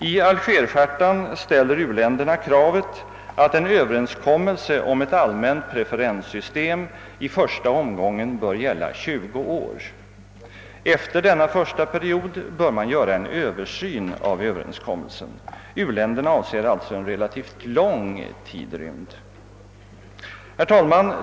I Alger-chartan ställer u-länderna kravet att en överenskommelse om ett allmänt preferenssystem i första omgången bör gälla 20 år. Efter denna första period bör man göra en översyn av överenskommelsen. U-länderna avser alltså en relativt lång tidrymd. Herr talman!